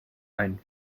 ein